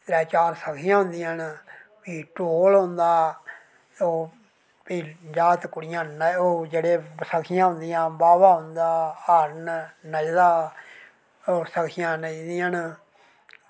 त्रै चार सखियां होंदियां न भी ढोल होंदा ओह् भी जागत कुड़िया ओह् जेह्कियां शकियां होंदियां बाबा होंदा हरण नचदा होर सखियां नचदियां न